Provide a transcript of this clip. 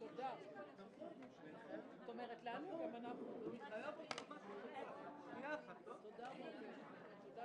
הישיבה ננעלה בשעה 18:40.